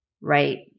right